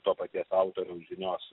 to paties autoriaus žinios